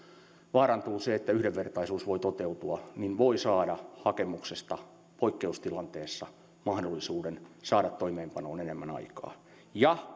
vaarantuu se että yhdenvertaisuus voi toteutua voi saada hakemuksesta poikkeustilanteessa mahdollisuuden saada toimeenpanoon enemmän aikaa